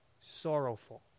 sorrowful